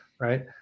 right